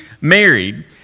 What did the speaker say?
married